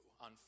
on